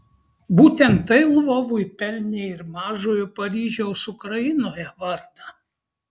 būtent tai lvovui pelnė ir mažojo paryžiaus ukrainoje vardą